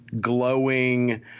glowing